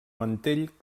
mantell